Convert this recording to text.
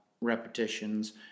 repetitions